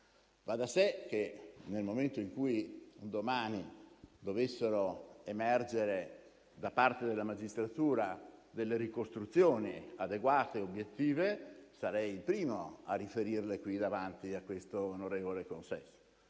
Va da sé che, nel momento in cui un domani dovessero emergere da parte della magistratura delle ricostruzioni adeguate e obiettive, sarei il primo a riferirle davanti a questo onorevole consesso.